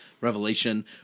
Revelation